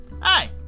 Hi